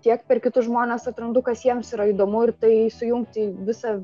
tiek per kitus žmones atrandu kas jiems yra įdomu ir tai sujungti visą